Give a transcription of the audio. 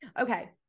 Okay